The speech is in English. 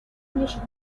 mission